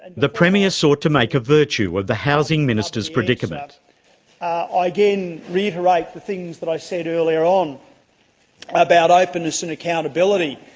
the premier sought to make a virtue of the housing minister's predicament. i again reiterate the things that i said earlier on about openness and accountability.